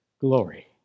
glory